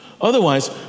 Otherwise